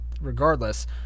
regardless